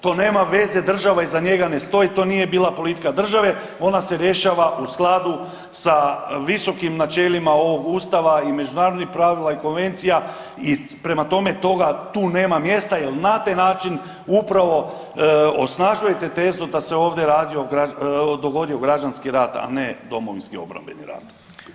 To nema veze, država iza njega ne stoji, to nije bila politika države ona se rješava u skladu sa visokim načelima ovog Ustava i međunarodnih pravila i konvencija i prema tome tu nema mjesta jel na taj način upravo osnažujete tezu da se ovdje dogodio građanski rat, a ne Domovinski obrambeni rat.